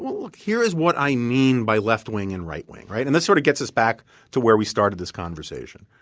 look, here is what i mean by left wing and right wing, right? and this sort of gets us back to where we started this conversation.